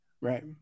Right